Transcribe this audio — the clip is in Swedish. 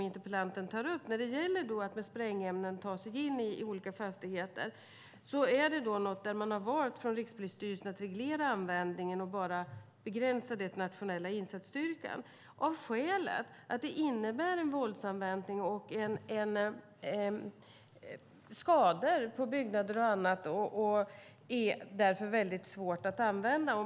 Metoden att ta sig in i fastigheter med sprängämnen är något som Rikspolisstyrelsen har valt att reglera användningen av och begränsa till Nationella insatsstyrkan av det skälet att denna metod innebär våldsanvändning och skador på byggnader och annat och därför är väldigt svår att använda.